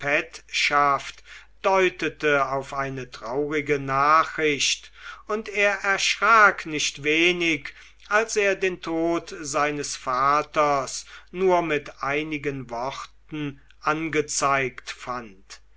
petschaft deutete auf eine traurige nachricht und er erschrak nicht wenig als er den tod seines vaters nur mit einigen worten angezeigt fand